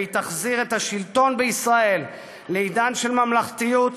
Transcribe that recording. והיא תחזיר את השלטון בישראל לעידן של ממלכתיות,